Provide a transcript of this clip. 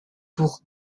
pour